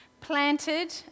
planted